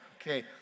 Okay